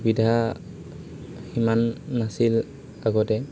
সুবিধা সিমান নাছিল আগতে